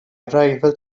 arrival